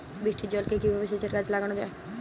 বৃষ্টির জলকে কিভাবে সেচের কাজে লাগানো যায়?